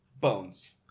Bones